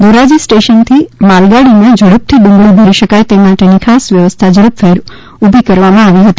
ધોરાજી સ્ટેશનથી માલગાડીમાં ઝડપથી ડુંગળી ભરી શકાય તે માટેની ખાસ વ્યવસ્થા ઝડપભેર ઊભી કરવામાં આવી હતી